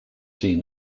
seen